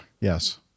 Yes